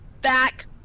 back